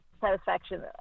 satisfaction